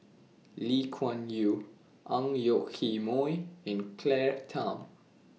Lee Kuan Yew Ang Yoke Mooi and Claire Tham